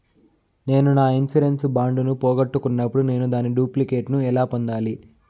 నేను నా insurance bond ను పోగొట్టుకున్నప్పుడు నేను దాని డూప్లికేట్ ను ఎలా పొందాలి?